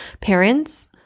Parents